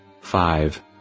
Five